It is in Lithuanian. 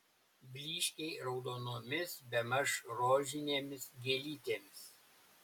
blyškiai raudonomis bemaž rožinėmis gėlytėmis